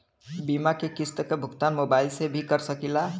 बीमा के किस्त क भुगतान मोबाइल से भी कर सकी ला?